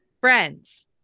Friends